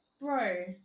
bro